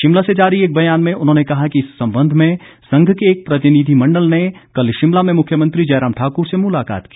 शिमला से जारी एक बयान में उन्होंने कहा कि इस संबंध में संघ के एक प्रतिनिधिमंडल ने कल शिमला में मुख्यमंत्री जय राम ठाकुर से मुलाकात की